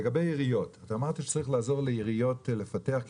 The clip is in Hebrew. לגבי עיריות אמרת שצריך לעזור לעיריות לפתח,